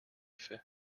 fais